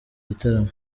gitaramo